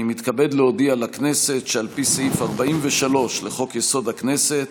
אני מתכבד להודיע לכנסת שעל פי סעיף 43 לחוק-יסוד: הכנסת,